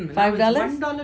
five dollars